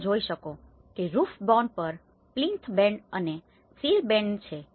તમે જે જોઈ શકો છો તે રૂફ બેન્ડ પર પ્લીન્થ બેન્ડ અને સીલ બેન્ડ છે